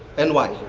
and why?